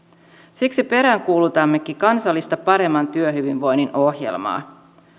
siksi peräänkuulutammekin kansallista paremman työhyvinvoinnin ohjelmaa